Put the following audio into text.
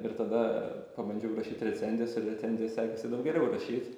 ir tada pabandžiau rašyt recenzijas ir recenzijas sekasi daug geriau rašyt